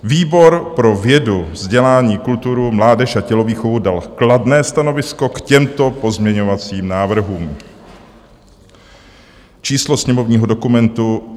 Výbor pro vědu, vzdělání, kulturu, mládež a tělovýchovu dal kladné stanovisko k těmto pozměňovacím návrhům: číslo sněmovního dokumentu